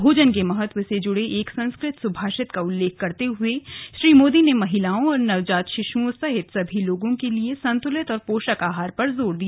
भोजन के महत्व से जुडे एक संस्कृत सुभाषित का उल्लेख करते हए श्री मोदी ने महिलाओं और नवजात शिशओं सहित समी लोगों के लिए संतुलित और पोषक आहार पर जोर दिया